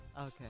Okay